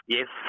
Yes